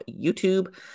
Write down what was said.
YouTube